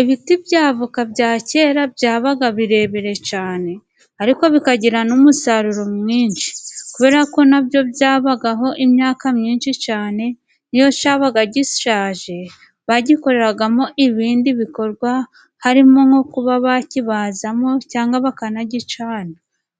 Ibiti by'avoka bya kera byabaga birebire cyane ariko bikagira n'umusaruro mwinshi kubera ko nabyo byabagaho imyaka myinshi cyane. Iyo cyabaga gishaje bagikoregamo ibindi bikorwa harimo nko kuba bakibazamo cyangwa bakanagicana